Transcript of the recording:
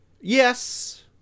Yes